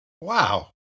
Wow